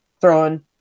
throwing